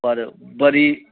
ਪਰ ਬੜੀ